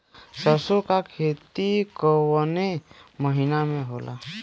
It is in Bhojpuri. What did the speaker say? सरसों का खेती कवने महीना में होला?